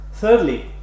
Thirdly